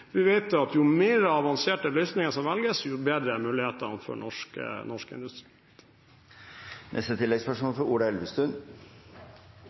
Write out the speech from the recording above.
Vi vet at jo mer avanserte løsninger som velges, jo bedre er mulighetene for norsk industri.